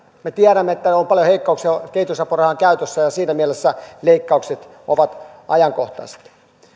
me tiedämme että on paljon heikkouksia kehitysapurahojen käytössä ja siinä mielessä leikkaukset ovat ajankohtaiset